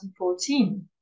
2014